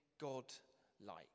God-like